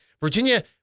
Virginia